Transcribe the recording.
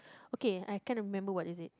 okay I kind of remember what is it